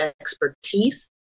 expertise